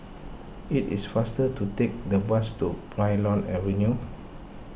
it is faster to take the bus to Plymouth Avenue